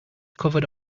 covered